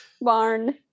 barn